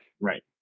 right